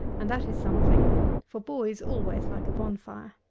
and that is something for boys always like a bonfire.